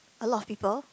a lot of people